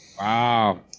Wow